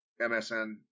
MSN